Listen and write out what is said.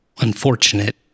unfortunate